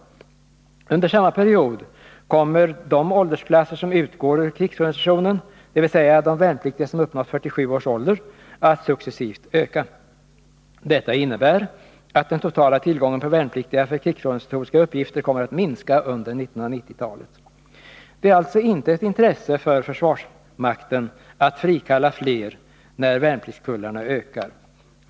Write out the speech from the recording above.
Under samma period kommer de åldersklasser som utgår ur krigsorganisationen, dvs. de värnpliktiga som uppnått 47 års ålder, att successivt öka. Detta innebär att den totala tillgången på värnpliktiga för krigsorganisatoriska uppgifter kommer att minska under 1990-talet. Det är alltså inte ett intresse för försvarsmakten att frikalla fler då värnpliktskullarna ökar.